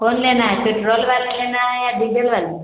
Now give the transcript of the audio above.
कौन लेना है पेट्रोल वाला लेना है या डीजल वाला